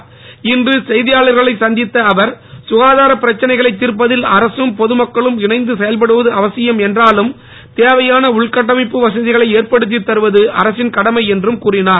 தலைவர் இன்று செய்தியாளர்களைச் சந்தித்த அவர் சுகாதாரப் பிரச்சனைகளை தீர்ப்பதில் அரசும் பொது மக்களும் இணைந்த செயல்படுவது அவசியம் என்றாலும் தேவையான உள்கட்டமைப்பு வசதிகளை ஏற்படுத்தி தருவது அரசின் கடமை என்றும் கூறினார்